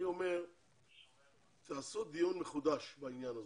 אני אומר שתעשו דיון מחודש בעניין הזה,